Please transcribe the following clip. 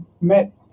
met